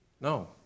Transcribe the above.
No